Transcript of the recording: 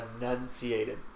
enunciated